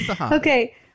Okay